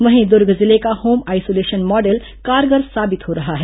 वहीं दुर्ग जिले का होम आइसोलेशन मॉडल कारगर साबित हो रहा है